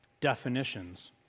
definitions